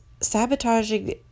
sabotaging